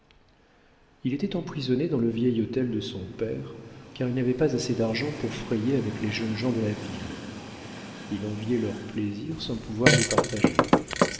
il était emprisonné dans le vieil hôtel de son père car il n'avait pas assez d'argent pour frayer avec les jeunes gens de la ville il enviait leurs plaisirs sans pouvoir les partager